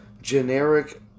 generic